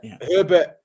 Herbert